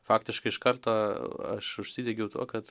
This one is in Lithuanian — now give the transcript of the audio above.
faktiškai iš karto aš užsidegiau tuo kad